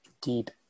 deep